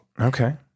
Okay